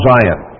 Zion